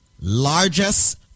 largest